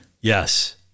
Yes